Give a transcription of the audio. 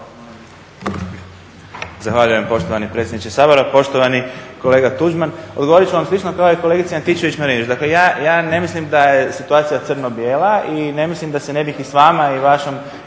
Zahvaljujem poštovani predsjedniče Sabora. Poštovani kolega Tuđman, odgovoriti ću vam slično kao i kolegici Antičević-Marinović, dakle ja ne mislim da je situacija crno-bijela i ne mislim da se ne bih i s vam i s vašom